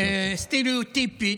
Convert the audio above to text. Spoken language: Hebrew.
סטריאוטיפית.